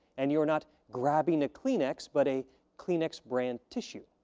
and you're not grabbing a kleenex, but a kleenex brand tissue.